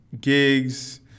Gigs